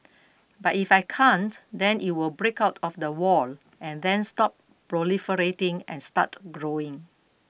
but if I can't then it will break out of the wall and then stop proliferating and start growing